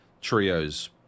trios